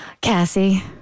Cassie